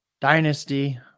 dynasty